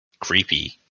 creepy